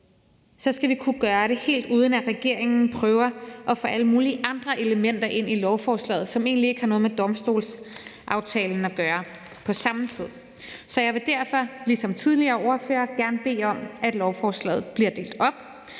skal vi kunne gøre det, helt uden at regeringen samtidig prøver at få alle mulige andre elementer ind i lovforslaget, som egentlig ikke har noget med domstolsaftalen at gøre. Jeg vil derfor ligesom tidligere ordførere gerne bede om, at lovforslaget bliver delt op,